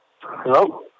Hello